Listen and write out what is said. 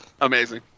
Amazing